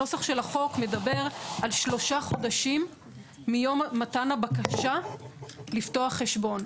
הנוסח של החוק מדבר על שלושה חודשים מיום מתן הבקשה לפתוח חשבון.